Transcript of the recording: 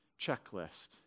checklist